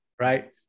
Right